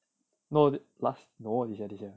no last no this year this year